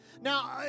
now